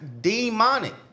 demonic